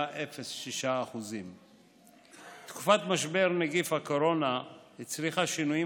2.06%. תקופת משבר נגיף הקורונה הצריכה שינויים